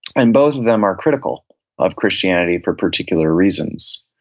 and both of them are critical of christianity for particular reasons.